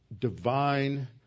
divine